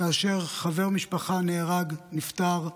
כאשר בן משפחה נהרג, נפטר,